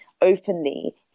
openly